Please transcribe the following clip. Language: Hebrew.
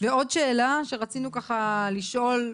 ועוד שאלה שרצינו ככה לשאול,